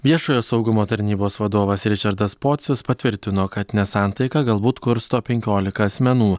viešojo saugumo tarnybos vadovas ričardas pocius patvirtino kad nesantaiką galbūt kursto penkiolika asmenų